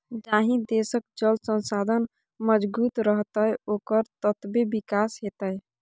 जाहि देशक जल संसाधन मजगूत रहतै ओकर ततबे विकास हेतै